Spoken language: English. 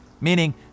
meaning